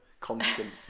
constant